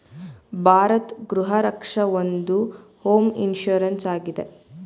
ಭಾರತ್ ಗೃಹ ರಕ್ಷ ಒಂದು home insurance ಆಗಿದೆ